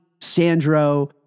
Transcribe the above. Sandro